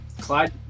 Clyde